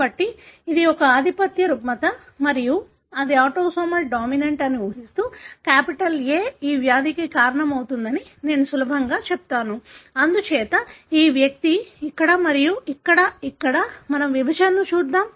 కాబట్టి ఇది ఒక ఆధిపత్య రుగ్మత మరియు అది ఆటోసోమల్ డామినెంట్ అని ఊహిస్తూ కాపిటల్ A ఈ వ్యాధికి కారణమవుతుందని నేను సులభంగా చెబుతాను అందుచేత ఈ వ్యక్తి ఇక్కడ మరియు ఇక్కడ ఇక్కడ మనం విభజనను చూద్దాం